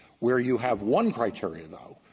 where you have one criteria, though,